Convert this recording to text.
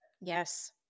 Yes